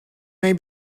may